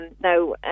Now